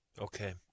Okay